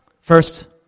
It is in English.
First